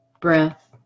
breath